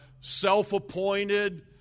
self-appointed